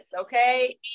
okay